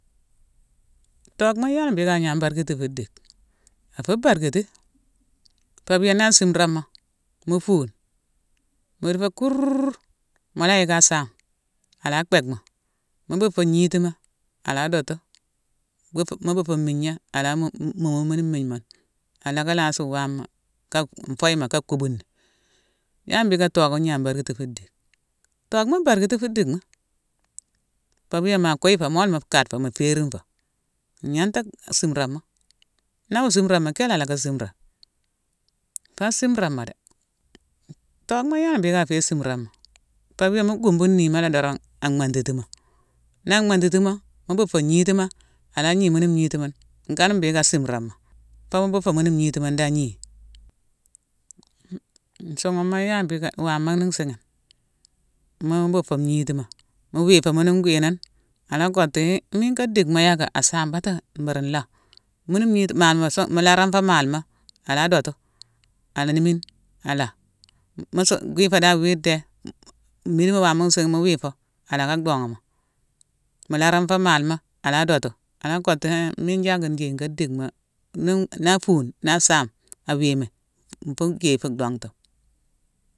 Tokhma ya mbhiické a yan barkiti fu dickma? A fu bharkiti. Pabia na asimramo mu fuune, mu dick fo mu la yick asaame ala bheck mo, mu buufo ngnitima, a la dootu. Mu buufo mmiigna, ala muumu mune mmigne ùune ala ka laasi waama ka-foye ka kubuni. Ya mbhiické tokh gnan barkiti fu dick? Tokhma barkiti fu dickma. Pabia ma kuii fo mo la mu kadde fo, mu féérine fo. A gnanta simramo. Naa wo simramo, kéla ala simrane? Foo asimramo dé. Tokhma, ya la mbhiiké a fé simramo? Pabia mu gumbu nniima dorong an mhantitimo. Nan mhantitimo, mu beufo ngnitima, ala gnii mune ngniti mune; nkana mbhiiké a simramo. Foo mu beufo mune ngniti mune nda agni. Hum nsuughuma ya la mbhiiké waama nii nsiighine, mu brufo ngnitima, mu wiifo mune gwii nune, ala kottu hé miine nka dickma yaakh a saame bata mburu nlakh. Mune ngniti-male-ma-son, mu laaran fo malema, ala dootu, animmine, a laa. Musu gwifo dan wii dé, midima waama nsiighine mu wiifo, al dhooghommo, mu laaran fo malema ala dootu, ala kottu hé miine jaakh njéye nka dickma-nu-naa fuune, naa saame, a wii mi, nfu jéye fu donghtuma.